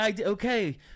Okay